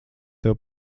tev